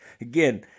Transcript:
Again